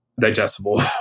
digestible